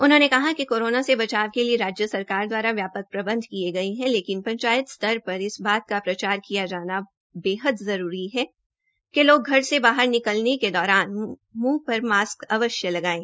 उन्होंने कहा कि कोरोना से बचाव के लिए राज्य सरकार द्वारा व्यापक प्रबंध किए गए हैं लेकिन पंचायत स्तर पर इस बात का प्रचार किया जाना बहत जरूरी है कि लोग घर से बाहर निकलने के दौरान म्ंह पर मास्क अवश्य लगाएं